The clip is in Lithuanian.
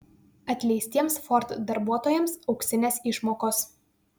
atleistiems ford darbuotojams auksinės išmokos